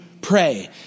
pray